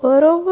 बरोबर